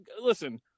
listen